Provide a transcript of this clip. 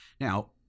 Now